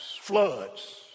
floods